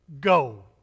Go